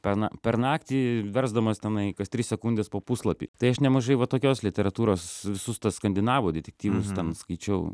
per na per naktį versdamas tenai kas tris sekundes po puslapį tai aš nemažai va tokios literatūros visus tuos skandinavų detektyvus ten skaičiau